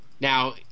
Now